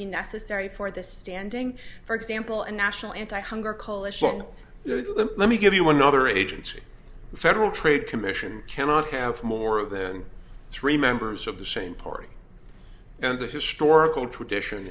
be necessary for the standing for example and national into hunger call a song let me give you another agency the federal trade commission cannot have more than three members of the same party and the historical tradition